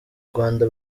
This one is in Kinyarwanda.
rwanda